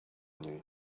niej